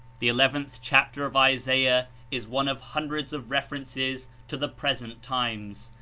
the nth chapter of isaiah is one of hundreds of references to the present times.